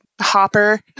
Hopper